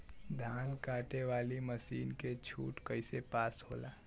धान कांटेवाली मासिन के छूट कईसे पास होला?